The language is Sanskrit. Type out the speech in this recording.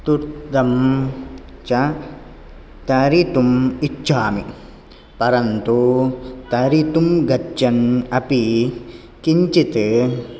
तुद्दं च तरितुम् इच्छामि परन्तु तरितुं गच्छन् अपि किञ्चित्